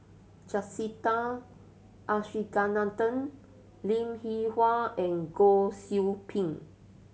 Jacintha Abisheganaden Linn In Hua and Goh Qiu Bin